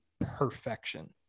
perfection